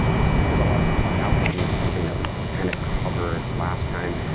and we think there's a lot of supply out there and this is something that we kind of covered last time.